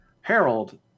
Harold